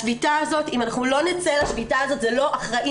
השביתה הזו אם לא נצא אליה זה לא אחראי